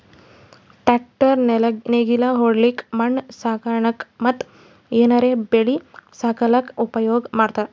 tractor ನೇಗಿಲ್ ಹೊಡ್ಲಿಕ್ಕ್ ಮಣ್ಣ್ ಸಾಗಸಕ್ಕ ಮತ್ತ್ ಏನರೆ ಬೆಳಿ ಸಾಗಸಕ್ಕ್ ಉಪಯೋಗ್ ಮಾಡ್ತಾರ್